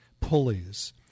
pulleys